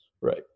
Right